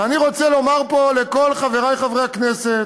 ואני רוצה לומר פה לכל חברי חברי הכנסת,